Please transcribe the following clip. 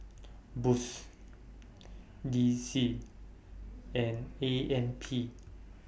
Boost D C and A M P